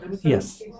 Yes